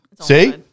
See